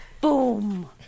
Boom